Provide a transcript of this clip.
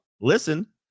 listen